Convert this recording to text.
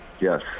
Yes